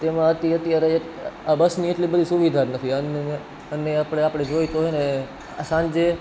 જેમાં અત્યારે આ બસની એટલી સુવિધા જ નથી અને અને આપણે જોઈએ તો હેને સાંજે